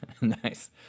Nice